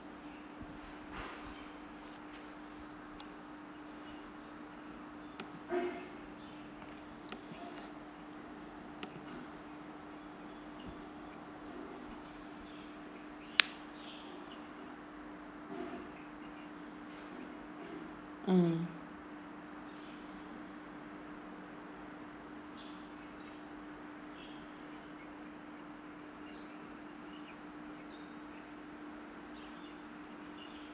mm